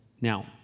Now